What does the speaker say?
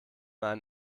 einen